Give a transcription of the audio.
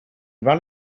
ran